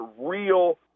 real